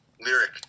lyric